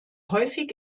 häufig